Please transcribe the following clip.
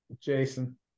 Jason